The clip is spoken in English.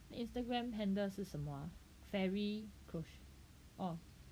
Instagram handle 是什么 fairy croche~ oh